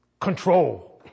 control